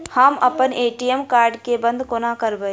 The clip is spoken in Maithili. हम अप्पन ए.टी.एम कार्ड केँ बंद कोना करेबै?